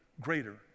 greater